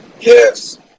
Yes